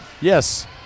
Yes